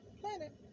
planet